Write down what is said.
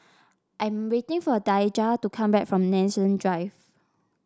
I'm waiting for Daijah to come back from Nanson Drive